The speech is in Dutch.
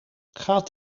gaat